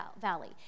Valley